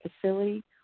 facility